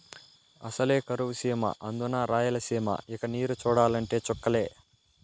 అసలే కరువు సీమ అందునా రాయలసీమ ఇక నీరు చూడాలంటే చుక్కలే